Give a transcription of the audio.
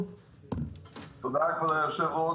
תודה, כבוד היושב-ראש.